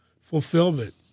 fulfillment